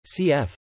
CF